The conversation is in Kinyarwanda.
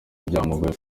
byamugoye